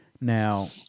Now